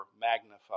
magnified